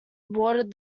awarded